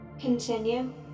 continue